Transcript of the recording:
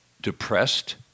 depressed